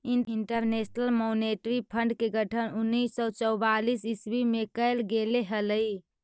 international monetary fund के गठन उन्नीस सौ चौवालीस ईस्वी में कैल गेले हलइ